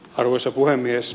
arvoisa puhemies